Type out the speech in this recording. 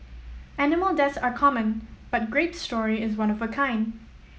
animal deaths are common but Grape's story is one of a kind